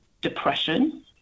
depression